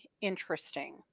interesting